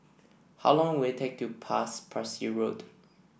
how long will it take to pass Parsi Road